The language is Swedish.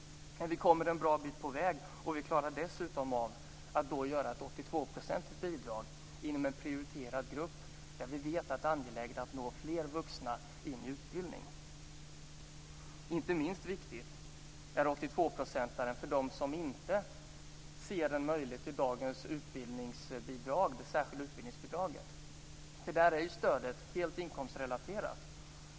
Men vi kommer en bra bit på väg. Vi klarar dessutom av att införa ett 82-procentigt bidrag för en prioriterad grupp. Vi vet att där är det angeläget att få fler vuxna in i utbildning. Inte minst viktig är 82-procentaren för dem som inte ser en möjlighet i dagens utbildningsbidrag, det särskilda utbildningsbidraget. Där är ju stödet helt inkomstrelaterat.